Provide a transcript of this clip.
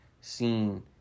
seen